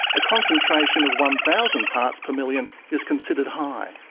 a concentration of one thousand parts per million is considered high.